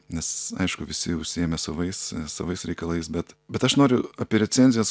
nes aišku visi užsiėmę savais savais reikalais bet bet aš noriu apie recenzijas